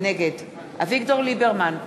נגד אביגדור ליברמן,